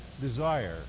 desire